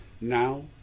now